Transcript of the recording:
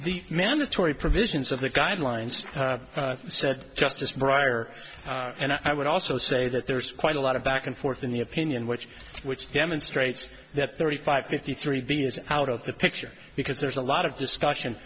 the mandatory provisions of the guidelines said justice briar and i would also say that there's quite a lot of back and forth in the opinion which which demonstrates that thirty five fifty three b is out of the picture because there's a lot of discussion